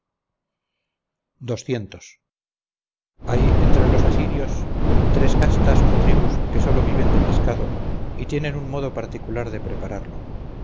chipre hay entre los asirlos tres castas o tribus que solo viven de pescado y tienen un modo particular de prepararlo